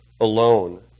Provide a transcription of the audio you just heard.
alone